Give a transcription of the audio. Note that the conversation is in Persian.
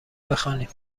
بخوانیم